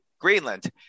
Greenland